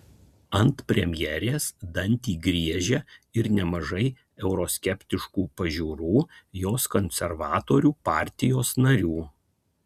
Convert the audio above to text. ant premjerės dantį griežia ir nemažai euroskeptiškų pažiūrų jos konservatorių partijos narių